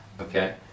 Okay